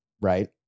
right